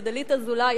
לדלית אזולאי,